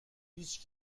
هیچ